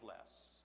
less